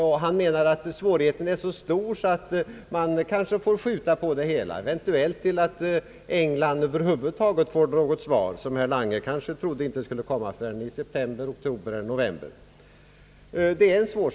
Herr Lange menar att svårigheten är så stor, att man kanske får skjuta på det hela — eventuellt till dess att England över huvud taget får något svar. Detta svar skulle kanske inte komma förrän någon gång i oktober, november eller december.